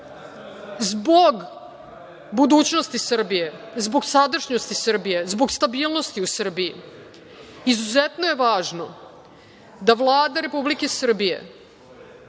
budućnosti Srbije, zbog sadašnjosti Srbije, zbog stabilnosti u Srbiji izuzetno je važno da Vlada Republike Srbije,